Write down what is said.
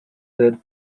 third